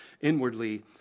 inwardly